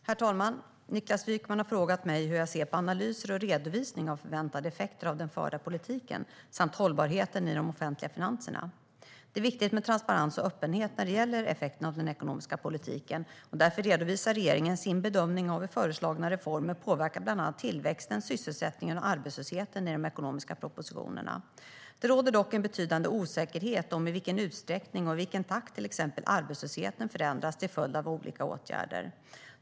Herr talman! Niklas Wykman har frågat mig hur jag ser på analyser och redovisning av förväntade effekter av den förda politiken, samt hållbarheten i de offentliga finanserna. Det är viktigt med transparens och öppenhet när det gäller effekter av den ekonomiska politiken. Därför redovisar regeringen sin bedömning av hur föreslagna reformer påverkar bland annat tillväxten, sysselsättningen och arbetslösheten i de ekonomiska propositionerna. Det råder dock en betydande osäkerhet om i vilken utsträckning och i vilken takt till exempel arbetslösheten förändras till följd av olika åtgärder.